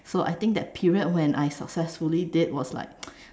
so I think that period when I successfully did was like